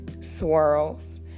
swirls